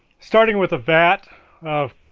starting with a vat of